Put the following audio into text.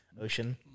ocean